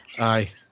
Aye